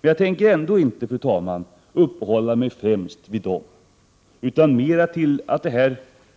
Men jag tänker ändå inte, fru talman, främst uppehålla mig vid skönhetsfläckarna utan mera vid att det här